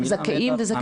זכאים וזכאיות?